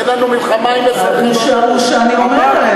אין לנו מלחמה עם אזרחי, הוא שאני אומרת.